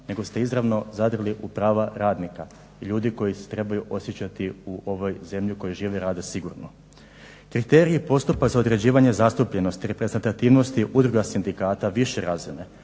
nego ste izravno zadrli u prava radnika, ljudi koji se trebaju osjećati u ovoj zemlji u kojoj žive i rade sigurno. Kriterij i postupak za određivanje zastupljenosti reprezentativnosti udruga sindikata više razine